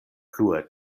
plue